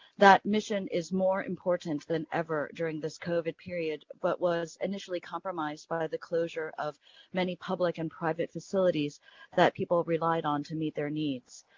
that mission is more important than ever during this covid period, but was initially compromised by the closure of many public and private facilities that people relied on to meet their needs.